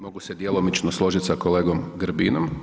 Mogu se djelomično složiti s kolegom Grbinom.